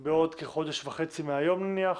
בעוד כחודש וחצי מהיום נניח,